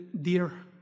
dear